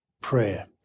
prayer